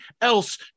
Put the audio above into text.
else